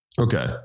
Okay